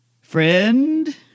friend